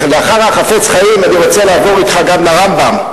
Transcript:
לאחר החפץ חיים אני רוצה לעבור אתך גם לרמב"ם.